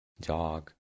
dog